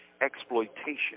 exploitation